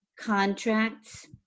contracts